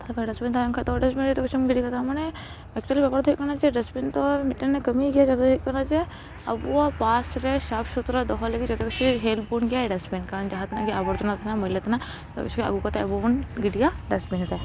ᱛᱟᱦᱚᱞᱮ ᱠᱷᱟᱱ ᱰᱟᱥᱵᱤᱱ ᱛᱟᱦᱮᱱ ᱰᱟᱥᱵᱤᱱ ᱨᱮᱜᱮ ᱜᱤᱰᱤᱠᱟᱜᱼᱟ ᱢᱟᱱᱮ ᱮᱠᱪᱩᱭᱮᱞᱤ ᱵᱮᱵᱚᱦᱟᱨ ᱫᱚ ᱦᱩᱭᱩᱜ ᱠᱟᱱᱟ ᱰᱟᱥᱵᱤᱱ ᱫᱚ ᱢᱤᱫᱴᱮᱱ ᱠᱟᱹᱢᱤ ᱜᱮᱭᱟ ᱠᱟᱛᱷᱟ ᱫᱚ ᱦᱩᱭᱩᱜ ᱠᱟᱱᱟ ᱡᱮ ᱟᱵᱚᱭᱟᱜ ᱯᱟᱥ ᱨᱮ ᱥᱟᱵ ᱥᱩᱛᱨᱮ ᱫᱚᱦᱚ ᱞᱟᱹᱜᱤᱫ ᱡᱚᱛᱚ ᱠᱤᱪᱷᱩᱭ ᱦᱮᱞᱯ ᱵᱚᱱ ᱜᱮᱭᱟ ᱰᱟᱥᱵᱤᱱ ᱠᱟᱨᱚᱱ ᱡᱟᱦᱟᱸ ᱛᱤᱱᱟᱜ ᱜᱮ ᱟᱵᱚᱨ ᱡᱚᱱᱟ ᱛᱟᱦᱮᱸᱱᱟ ᱢᱟᱹᱭᱞᱟᱹ ᱛᱟᱦᱮᱸᱱᱟ ᱡᱚᱛᱚ ᱠᱤᱪᱷᱩ ᱟᱹᱜᱩ ᱠᱟᱛᱮ ᱟᱵᱚ ᱵᱚᱱ ᱜᱤᱰᱤᱭᱟ ᱰᱟᱥᱵᱤᱱ ᱨᱮ